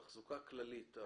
תחזוקה כללית.